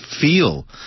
feel